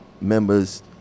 members